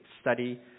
study